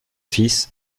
fils